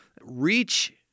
reach